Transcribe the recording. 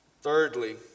Thirdly